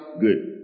good